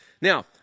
Now